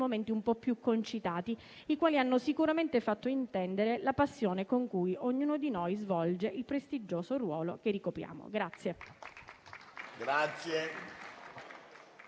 momenti un po' più concitati, i quali hanno sicuramente fatto intendere la passione con cui ognuno di noi svolge il prestigioso ruolo che ricopre.